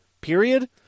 period